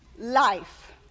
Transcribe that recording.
life